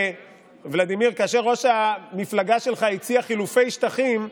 ולדימיר, כאשר ראש המפלגה שלך הציע חילופי שטחים,